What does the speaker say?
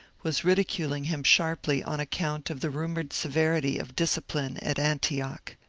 was ridi culing him sharply on account of the rumoured severity of discipline at antioch.